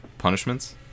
Punishments